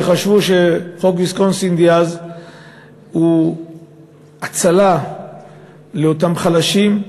שחשבו שחוק ויסקונסין דאז הוא הצלה לאותם חלשים,